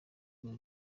rwe